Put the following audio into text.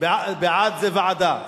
בעד זה ועדה.